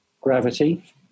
gravity